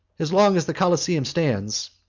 as long as the coliseum stands,